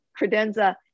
credenza